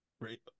Right